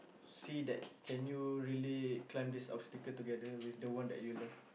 see that can you really climb this obstacle together with the one that you love